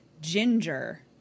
Ginger